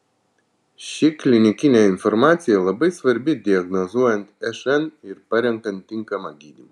ši klinikinė informacija labai svarbi diagnozuojant šn ir parenkant tinkamą gydymą